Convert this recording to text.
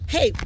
Hey